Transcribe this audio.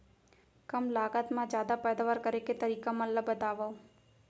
कम लागत मा जादा पैदावार करे के तरीका मन ला बतावव?